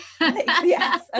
Yes